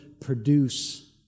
produce